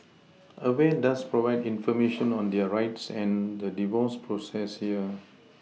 aware does provide information on their rights and the divorce process here